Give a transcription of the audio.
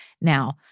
Now